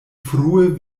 frue